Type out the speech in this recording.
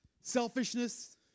selfishness